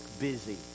busy